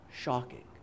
shocking